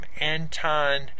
anton